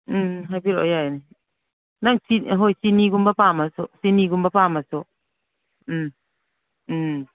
ꯎꯝ ꯍꯥꯏꯕꯤꯔꯛꯑꯣ ꯌꯥꯏ ꯅꯪ ꯍꯣꯏ ꯆꯤꯅꯤꯒꯨꯝꯕ ꯄꯥꯝꯃꯁꯨ ꯆꯤꯅꯤꯒꯨꯝꯕ ꯄꯥꯝꯃꯁꯨ ꯎꯝ ꯎꯝ